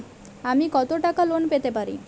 আমি কত টাকা লোন পেতে পারি?